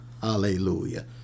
Hallelujah